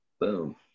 Boom